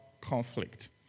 conflict